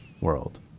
world